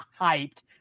hyped